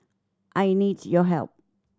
I need your help